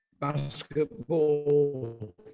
basketball